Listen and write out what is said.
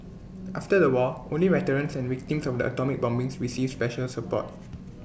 after the war only veterans and victims from the atomic bombings received special support